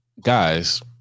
guys